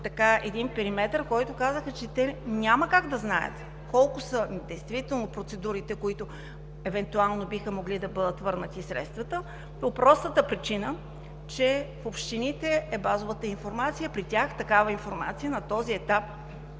един периметър, като казаха, че те няма как да знаят колко са действително процедурите, по които евентуално биха могли да бъдат върнати средствата по простата причина, че в общините е базовата информация, а при тях такава информация на този етап